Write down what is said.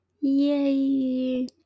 Yay